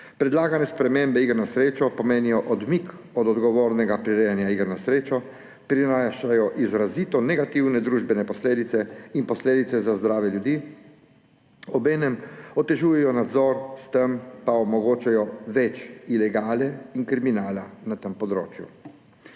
Predlagane spremembe iger na srečo pomenijo odmik od odgovornega prirejanja iger na srečo, prinašajo izrazito negativne družbene posledice in posledice za zdravje ljudi, obenem otežujejo nadzor, s tem pa omogočajo več ilegale in kriminala na tem področju.